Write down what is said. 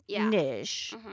niche